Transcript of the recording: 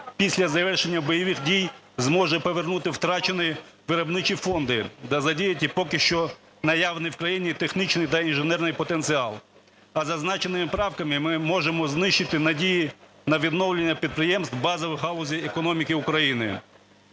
після завершення бойових дій зможе повернути втрачені виробничі фонди та задіяти поки що наявні в країні технічний та інженерний потенціал, а зазначеними правками ми можемо знищити надії на відновлення підприємств базових галузей економіки України.